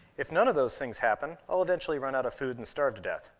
if none of those things happen, i'll eventually run out of food and starve to death.